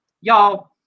y'all